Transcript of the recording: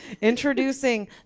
Introducing